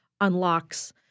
unlocks